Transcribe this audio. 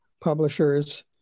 publishers